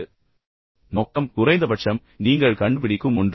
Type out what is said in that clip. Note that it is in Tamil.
அர்த்தம் குறைந்தபட்சம் நோக்கம் குறைந்தபட்சம் நீங்கள் கண்டுபிடிக்கும் ஒன்று